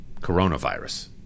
coronavirus